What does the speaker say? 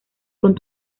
con